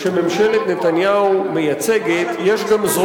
כולם על הכוונת של התקפת הימין הקיצוני שתוקף בעצם את כל